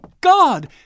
God